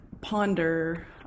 ponder